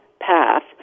path